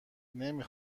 نمی